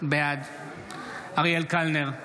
בעד אריאל קלנר,